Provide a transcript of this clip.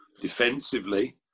defensively